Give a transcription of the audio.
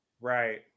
Right